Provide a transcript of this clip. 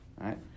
right